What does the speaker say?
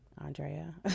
Andrea